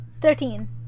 Thirteen